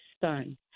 son